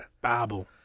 Bible